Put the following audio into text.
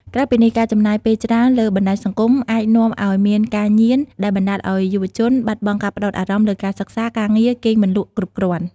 ក្រៅពីនេះការចំណាយពេលច្រើនលើបណ្តាញសង្គមអាចនាំឲ្យមាន ការញៀន ដែលបណ្តាលឲ្យយុវជនបាត់បង់ការផ្តោតអារម្មណ៍លើការសិក្សា ការងារ គេងមិនលក់គ្រប់គ្រាន់ ។